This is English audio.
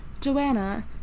Joanna